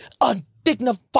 undignified